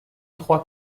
trois